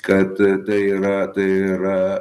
kad tai yra tai yra